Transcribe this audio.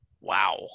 Wow